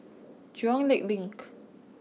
Jurong Lake Link